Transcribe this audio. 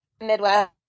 Midwest